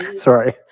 Sorry